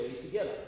together